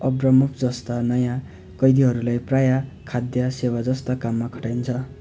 अब्रमुफजस्ता नयाँ कैदीहरूलाई प्रायः खाद्य सेवाजस्ता काममा खटाइन्छ